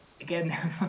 Again